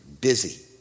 busy